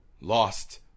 Lost